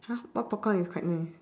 !huh! what popcorn is quite nice